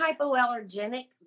hypoallergenic